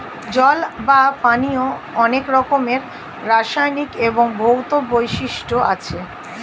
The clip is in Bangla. জল বা পানির অনেক রকমের রাসায়নিক এবং ভৌত বৈশিষ্ট্য আছে